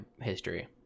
history